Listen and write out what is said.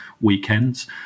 Weekends